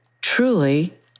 truly